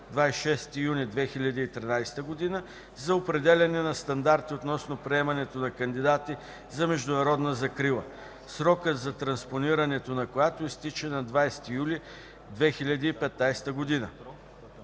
26 юни 2013 г. за определяне на стандарти относно приемането на кандидати за международна закрила, срокът за транспониране на която изтича на 20 юли 2015 г.